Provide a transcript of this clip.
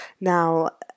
Now